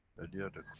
any other